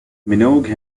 minogue